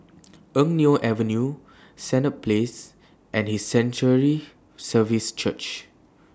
Eng Neo Avenue Senett Place and His Sanctuary Services Church